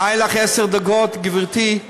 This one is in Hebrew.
היו לך עשר דקות להסביר,